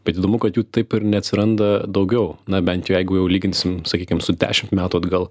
bet įdomu kad jų taip ir neatsiranda daugiau na bent jeigu jau lyginsime sakykim su dešimt metų atgal